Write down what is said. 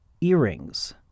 earrings